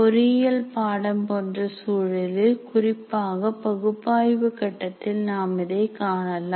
பொறியியல் பாடம் போன்ற சூழலில் குறிப்பாக பகுப்பாய்வு கட்டத்தில் நாம் இதை காணலாம்